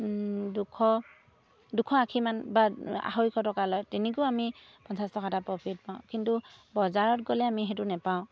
দুশ দুশ আশীমান বা আঢ়ৈশ টকা লয় তেনেকৈও আমি পঞ্চাছ টকা এটা প্ৰফিট পাওঁ কিন্তু বজাৰত গ'লে আমি সেইটো নাপাওঁ